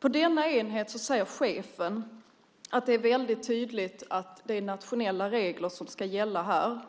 På denna enhet säger chefen att det är väldigt tydligt att det är nationella regler som ska gälla här.